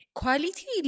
quality